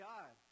God